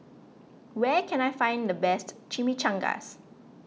where can I find the best Chimichangas